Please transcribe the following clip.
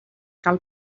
cal